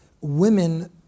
women